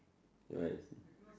oh I see